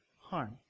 harm